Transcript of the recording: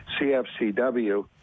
CFCW